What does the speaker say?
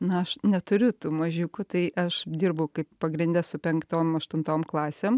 na aš neturiu tų mažiukų tai aš dirbu kaip pagrinde su penktom aštuntom klasėm